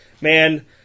man